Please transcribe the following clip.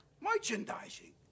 Merchandising